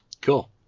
Cool